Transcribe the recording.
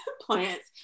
plants